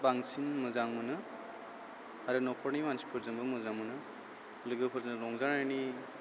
बांसिन मोजां मोनो आरो न'खरनि मानसिफोरजोंबो मोजां मोनो लोजोफोरजों रंजानायनि